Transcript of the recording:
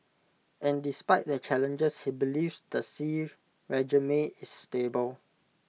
and despite the challenges he believes the Xi regime is stable